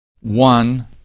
One